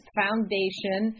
foundation